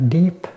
deep